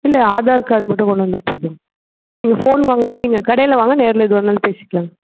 இல்லை ஆதார் கார்ட் மட்டும் கொண்டு வந்தால் போதுங்க நீங்கள் ஃபோன் வாங்கவே நீங்கள் கடையில் வாங்க நேரில் எதுவாக இருந்தாலும் பேசிக்கலாமுங்க